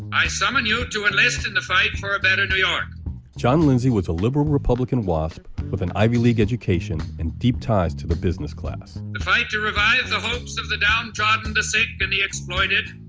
i summon you to enlist in the fight for a better new york john lindsay was a liberal republican wasp with an ivy league education and deep ties to the business class the fight to revive the hopes of the downtrodden, the sick and the exploited.